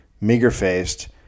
meager-faced